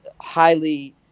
highly